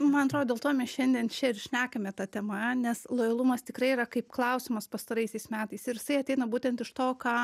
man atrodo dėl to mes šiandien čia ir šnekame ta tema nes lojalumas tikrai yra kaip klausimas pastaraisiais metais ir jisai ateina būtent iš to ką